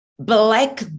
black